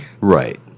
Right